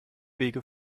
wege